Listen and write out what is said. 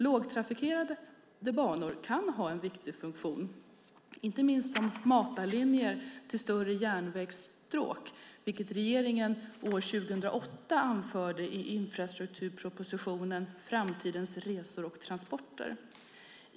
Lågtrafikerade banor kan ha en viktig funktion - inte minst som matarlinjer till större järnvägsstråk, vilket regeringen år 2008 anförde i infrastrukturpropositionen Framtidens resor och transporter .